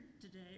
today